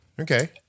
Okay